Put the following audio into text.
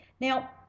Now